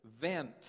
vent